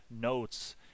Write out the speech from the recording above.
notes